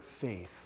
faith